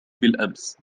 بالأمس